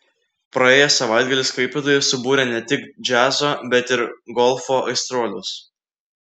praėjęs savaitgalis klaipėdoje subūrė ne tik džiazo bet ir golfo aistruolius